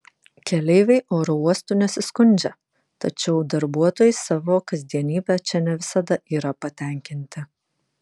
keleiviai oro uostu nesiskundžia tačiau darbuotojai savo kasdienybe čia ne visada yra patenkinti